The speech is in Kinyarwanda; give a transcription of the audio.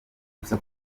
gusa